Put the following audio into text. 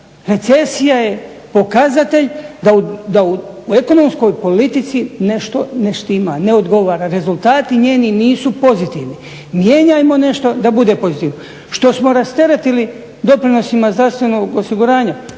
Recesija je pokazatelj da u ekonomskoj politici nešto ne štima, ne odgovara, rezultati njeni nisu pozitivni. Mijenjajmo nešto da bude pozitivno. Što smo rasteretili doprinosima zdravstvenog osiguranja